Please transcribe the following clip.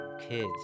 kids